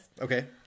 Okay